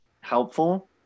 helpful